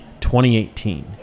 2018